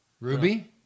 Ruby